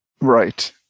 Right